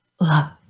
love